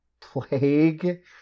Plague